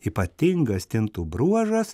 ypatingas stintų bruožas